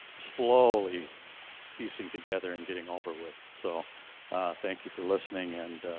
slowly piecing together and getting over with. so thank you for listening and